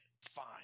Fine